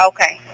Okay